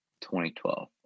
2012